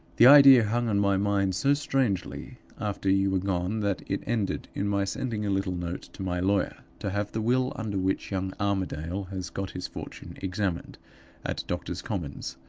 the idea hung on my mind so strangely after you were gone that it ended in my sending a little note to my lawyer, to have the will under which young armadale has got his fortune examined at doctor's commons.